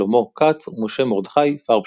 שלמה כץ ומשה מרדכי פרבשטין.